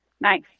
Nice